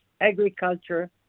agriculture